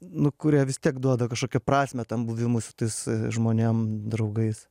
nu kurie vis tiek duoda kažkokią prasmę tam buvimui su tais žmonėm draugais